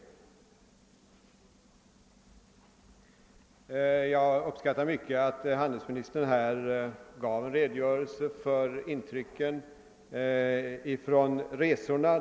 Jag uppskattar mycket att handelsministern lämnade en redogörelse för intrycken från sina resor.